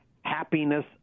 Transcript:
happiness